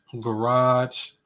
garage